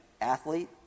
athlete